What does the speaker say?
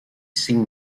cinc